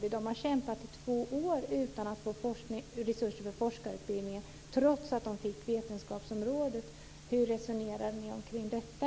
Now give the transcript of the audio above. Där har man kämpat under två år utan att få resurser för forskarutbildningen, trots att man fick vetenskapsområdet. Hur resonerar ni omkring detta?